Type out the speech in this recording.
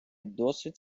досить